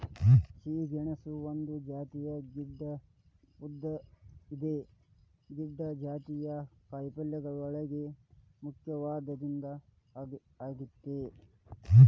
ಸಿಹಿ ಗೆಣಸು ಒಂದ ಜಾತಿಯ ಗೆಡ್ದೆ ಇದು ಗೆಡ್ದೆ ಜಾತಿಯ ಕಾಯಪಲ್ಲೆಯೋಳಗ ಮುಖ್ಯವಾದದ್ದ ಆಗೇತಿ